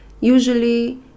usually